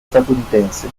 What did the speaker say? statunitense